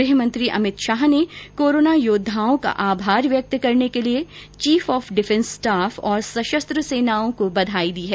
गृह मंत्री अमित शाह ने कोरोना योद्वाओं का आभार व्यक्त करने के लिए चीफ ऑफ डिफेंस स्टाफ और सशस्त्र सेनाओं को बधाई दी है